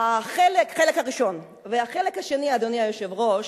והחלק השני, אדוני היושב-ראש,